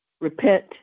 repent